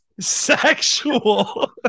Sexual